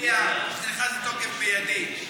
הודיע שזה נכנס לתוקף מיידי?